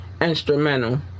instrumental